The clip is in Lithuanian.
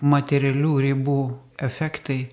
materialių ribų efektai